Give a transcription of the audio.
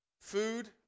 Food